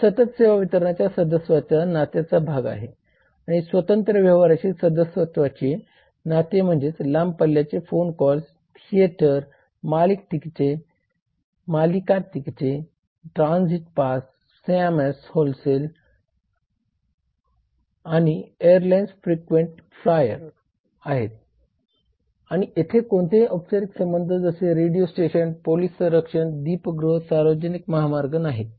हे सतत सेवा वितरणाच्या सदस्यत्वाच्या नात्याचा भाग आहेत आणि स्वतंत्र व्यवहाराशी सदस्यत्वाचे नाते म्हणजे लांब पल्ल्याचे फोन कॉल्स थिएटर मालिका तिकिटे transit pass Sam's wholesale sams wholesale आणि एअरलाईन्स फ्रीकवेन्ट फ्लायर आहेत आणि येथे कोणतेही औपचारिक संबंध जसे रेडिओ स्टेशन पोलीस संरक्षण दीपगृह सार्वजनिक महामार्ग नाहीत